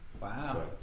Wow